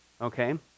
Okay